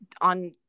on